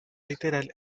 literaria